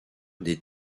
des